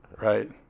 Right